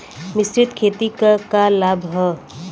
मिश्रित खेती क का लाभ ह?